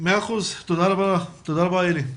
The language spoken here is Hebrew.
תודה רבה אלי.